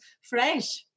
fresh